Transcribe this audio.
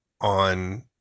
on